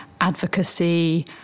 advocacy